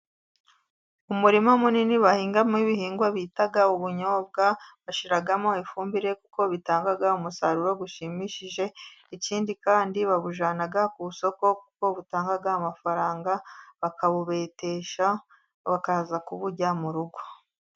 Umurima munini bahingamo ibihingwa bita ubunyobwa, bashiramo ifumbire kuko bitanga umusaruro ushimishije, ikindi kandi babujyana ku isoko kuko butanga amafaranga, bakabubetesha bakaza kuburya mu rugo.